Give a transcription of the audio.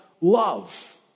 love